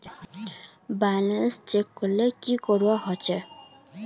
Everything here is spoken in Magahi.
बैलेंस चेक करले की करवा होचे?